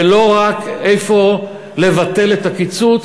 ולא רק איפה לבטל את הקיצוץ,